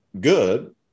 good